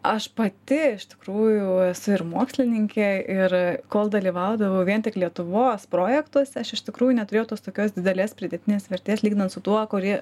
aš pati iš tikrųjų esu ir mokslininkė ir kol dalyvaudavau vien tik lietuvos projektuose aš iš tikrųjų neturėjau tos tokios didelės pridėtinės vertės lyginant su tuo kuri